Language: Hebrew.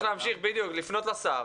בדיוק, צריך להמשיך ולפנות לשר